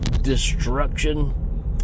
destruction